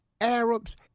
Arabs